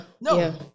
No